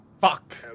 Fuck